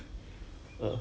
Ivan Ivan 讲什么